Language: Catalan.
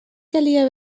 calia